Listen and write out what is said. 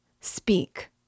Speak